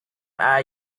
are